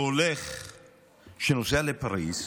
שנוסע לפריז,